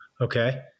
Okay